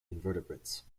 invertebrates